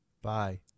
Bye